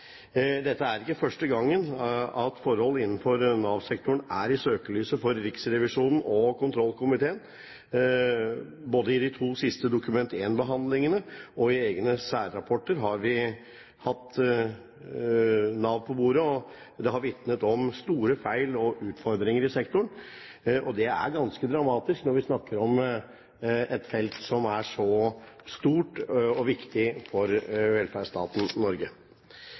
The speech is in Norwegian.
er ikke første gang at forhold innenfor Nav-sektoren er i søkelyset for Riksrevisjonen og kontrollkomiteen. Både i de to siste Dokument nr. 1-behandlingene og i egne særrapporter har vi hatt Nav på bordet, og det har vitnet om store feil og utfordringer i sektoren. Det er ganske dramatisk når vi snakker om et felt som er så stort og viktig for velferdsstaten Norge.